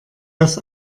das